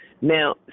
Now